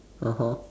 (uh huh)